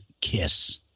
Kiss